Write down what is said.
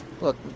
Look